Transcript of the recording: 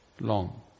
long